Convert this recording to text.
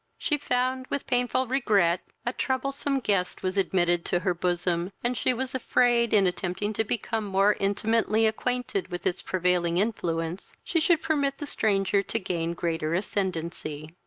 she found, with painful regret, a troublesome guest was admitted to her bosom, and she was afraid, in attempting to become more intimately acquainted with its prevailing influence, she should permit the stranger to gain greater ascendancy.